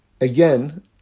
Again